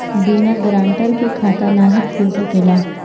बिना गारंटर के खाता नाहीं खुल सकेला?